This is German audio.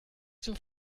zur